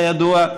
כידוע,